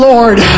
Lord